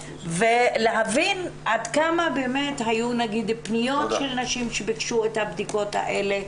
ולהבין עד כמה היו פניות של נשים שביקשו את הבדיקות האלה,